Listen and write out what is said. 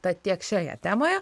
tad tiek šioje temoje